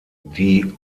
die